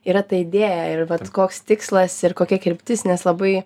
yra ta idėja ir vat koks tikslas ir kokia kryptis nes labai